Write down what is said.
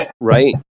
Right